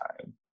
time